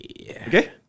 Okay